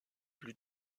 plus